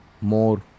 more